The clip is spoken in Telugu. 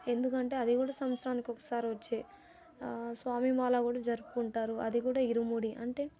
ఎందుకంటే అది కూడా సంత్సరానికి ఒకసారి వచ్చే స్వామి మాల కూడా జరుపుకుంటారు అది కూడా ఇరుముడి అంటే